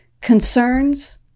concerns